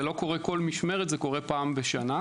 זה לא קורה כל משמרת, זה קורה פעם בשנה.